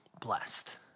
blessed